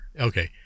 Okay